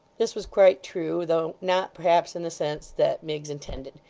this was quite true, though not perhaps in the sense that miggs intended.